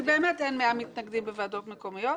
כי באמת אין מאה מתנגדים בוועדות מקומיות,